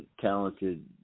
talented